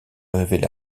révéler